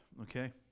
okay